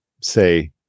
say